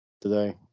today